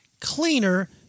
cleaner